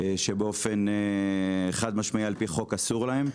שבאופן חד משמעי על פי חוק אסור להם.